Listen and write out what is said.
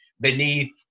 beneath